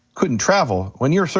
couldn't travel. when you're, so